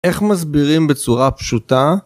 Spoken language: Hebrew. איך מסבירים בצורה פשוטה?